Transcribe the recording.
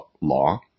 law